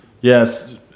yes